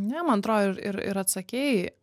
ne man atrodo ir ir atsakei